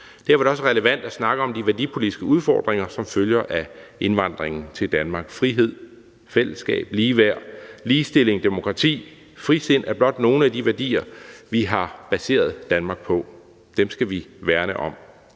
Derfor er det også relevant at snakke om de værdipolitiske udfordringer, som følger af indvandringen til Danmark. Frihed, fællesskab, ligeværd, ligestilling, demokrati og frisind er blot nogle af de værdier, vi har baseret Danmark på. Dem skal vi værne om.